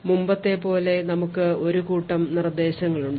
മുമ്പത്തെപ്പോലെ നമുക്ക് ഒരു കൂട്ടം നിർദ്ദേശങ്ങളുണ്ട്